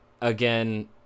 again